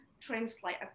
translate